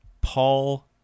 Paul